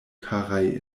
karaj